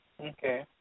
Okay